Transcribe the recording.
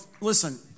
listen